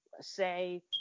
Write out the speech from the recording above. say